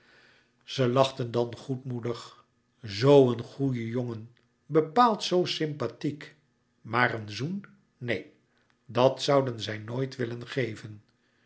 ze lachten dan goedmoedig zoo een goeie jongen bepaald zoo sympathiek maar een zoen neen dat zouden zij nooit willen geven